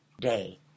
day